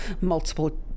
multiple